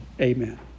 amen